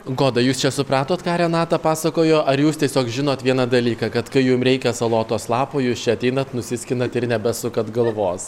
goda jūs čia supratot ką renata pasakojo ar jūs tiesiog žinot vieną dalyką kad kai jum reikia salotos lapų jūs čia ateinat nusiskinat ir nebesukat galvos